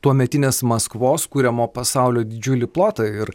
tuometinės maskvos kuriamo pasaulio didžiulį plotą ir